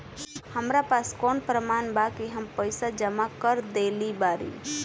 हमरा पास कौन प्रमाण बा कि हम पईसा जमा कर देली बारी?